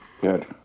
Good